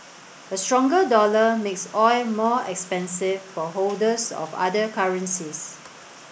a stronger dollar makes oil more expensive for holders of other currencies